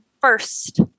first